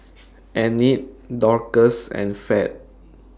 Enid Dorcas and Fed